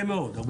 הרבה מאוד.